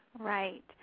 Right